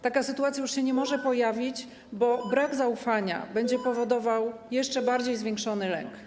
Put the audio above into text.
Taka sytuacja już się nie może pojawić, bo brak zaufania będzie powodował jeszcze bardziej zwiększony lęk.